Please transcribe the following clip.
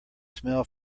smell